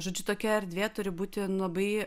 žodžiu tokia erdvė turi būti labai